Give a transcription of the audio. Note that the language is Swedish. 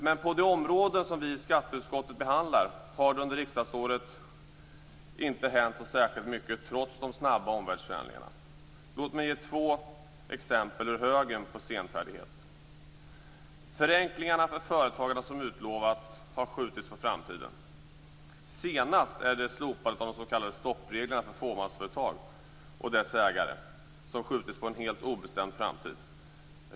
Men på de områden som vi i skatteutskottet behandlar har det under riksdagsåret inte hänt så särskilt mycket trots de snabba omvärldsförändringarna. Låt mig bara ge två exempel ur högen på senfärdighet. De förenklingar för företagande som har utlovats har skjutits på framtiden. Senast är det slopandet av de s.k. stoppreglerna för fåmansföretag och dess ägare som har skjutits på en helt obestämd framtid.